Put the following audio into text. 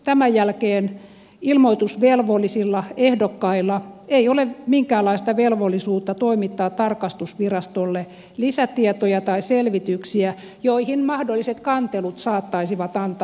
tämän jälkeen ilmoitusvelvollisilla ehdokkailla ei ole minkäänlaista velvollisuutta toimittaa tarkastusvirastolle lisätietoja tai selvityksiä joihin mahdolliset kantelut saattaisivat antaa aihetta